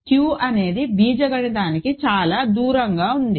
Q అనేది బీజగణితానికి చాలా దూరంగా ఉంది